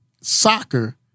soccer